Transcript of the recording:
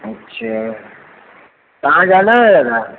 अच्छा कहाँ जाना है दादा